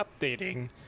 updating